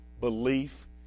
belief